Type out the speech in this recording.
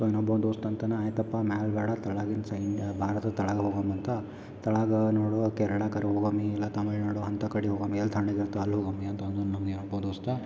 ಇನೊಬ್ಬ ದೋಸ್ತ್ ಅಂತಾನ ಆಯ್ತಪ್ಪ ಮ್ಯಾಲೆ ಬೇಡ ಕೆಳಗಿನ್ ಸೈನ್ಯ ಭಾರತದ್ ಕೆಳ ಹೋಗೋಣು ಅಂತ ಕೆಳಾಗ ನೋಡುವೊಕೆ ಕೇರಳ ಕಡೆ ಹೋಗಮಿ ಇಲ್ಲ ತಮಿಳ್ನಾಡು ಅಂತ ಕಡೆ ಹೋಗಮಿ ಎಲ್ಲಿ ತಣ್ಣಗಿರ್ತವ ಅಲ್ಲಿ ಹೋಗಮ್ಮಿ ಅಂತ ದೋಸ್ತ